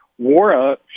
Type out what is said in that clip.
Wara